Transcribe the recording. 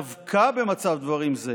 דווקא במצב דברים זה,